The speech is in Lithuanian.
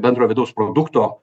bendro vidaus produkto